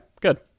Good